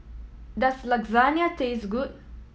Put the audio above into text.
does Lasagna taste good